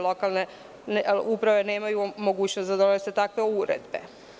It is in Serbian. Lokalne uprave nemaju mogućnost da donose takve uredbe.